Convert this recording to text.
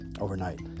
overnight